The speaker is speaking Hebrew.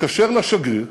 מתקשר לשגריר,